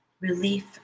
relief